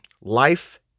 life